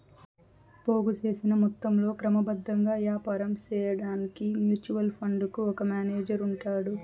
పోగు సేసిన మొత్తంలో క్రమబద్ధంగా యాపారం సేయడాన్కి మ్యూచువల్ ఫండుకు ఒక మేనేజరు ఉంటాడు